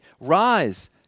Rise